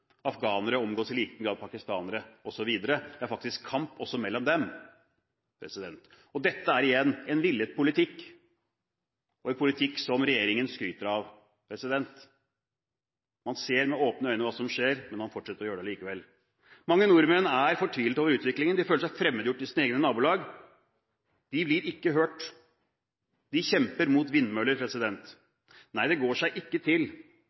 Afghanere omgås i liten grad pakistanere osv. Det er faktisk kamp også mellom dem. Dette er igjen en villet politikk, en politikk som regjeringen skryter av. Man ser med åpne øyne på hva som skjer, men man fortsetter likevel å gjøre dette. Mange nordmenn er fortvilet over utviklingen. De føler seg fremmedgjort i sitt eget nabolag. De blir ikke hørt, de kjemper mot vindmøller. Nei, det går seg ikke til.